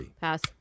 Pass